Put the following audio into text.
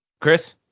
Chris